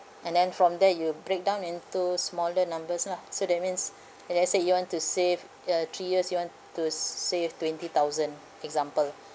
and then from there you break down into smaller numbers lah so that means if let's say you want to save uh three years you want to s~ save twenty thousand example